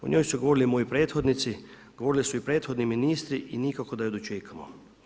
O njoj su govorili moji prethodnici, govorili su i prethodni ministri i nikako da je dočekamo.